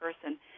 person